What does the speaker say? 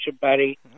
buddy